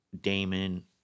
damon